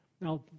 Now